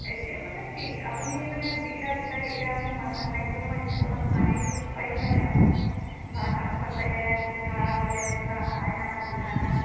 এতিয়া মানে কি আপুনি মানে যিকেইটা বিচাৰে সেইকেইটা মোৰ মাল নাথাকিলে মই ষ্টকত আনি দিব পাৰিম মানে আৰু বা নামঘৰত লাগে ঘোষা বোলে বা আইনাম দিহানাম